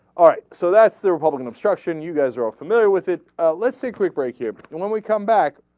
alright so that's the republic's russian you guys are ah familiar with it outlets a quick break it and when we come back